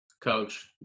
coach